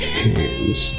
hands